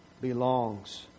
belongs